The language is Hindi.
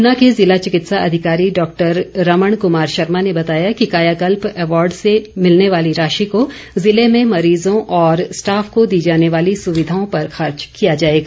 ऊना के जिला चिकित्सा अधिकारी डॉक्टर रमण कमार शर्मा ने बताया कि कायाकल्प अवार्ड से मिलने वाली राशि को जिले में मरीजों और स्टाफ को दी जाने वाली सुविधाओं पर खर्च किया जाएगा